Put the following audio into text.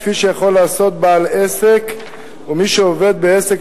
כפי שיכול לעשות בעל עסק או מי שעובד בעסק,